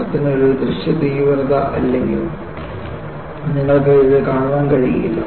നിറത്തിന് ഒരു ദൃശ്യതീവ്രത ഇല്ലെങ്കിൽ നിങ്ങൾക്ക് ഇത് കാണാൻ കഴിയില്ല